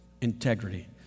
Integrity